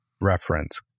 reference